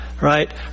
right